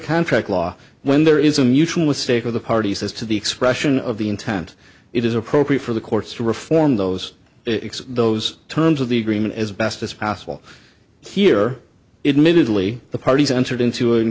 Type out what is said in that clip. contract law when there is a mutual stake of the parties as to the expression of the intent it is appropriate for the courts to reform those those terms of the agreement as best as possible here it minutely the parties entered into